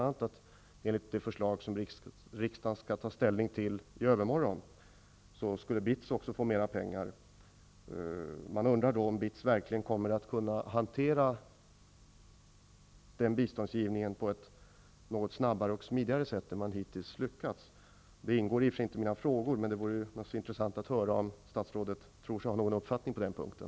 Enligt det förslag som riksdagen skall ta ställning till i övermorgon skulle även BITS få mera pengar. Man undrar då om BITS verkligen kommer att kunna hantera den biståndsgivningen på ett något snabbare och smidigare sätt än vad man hittills har lyckats med. Detta ingår i och för sig inte i mina frågor men det vore intressant att höra om statsrådet har någon uppfattning på den punkten.